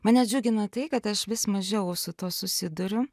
mane džiugina tai kad aš vis mažiau su tuo susiduriu